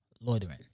loitering